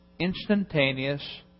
instantaneous